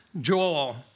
Joel